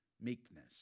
Meekness